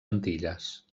antilles